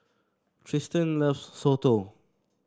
Tristin loves soto